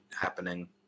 happening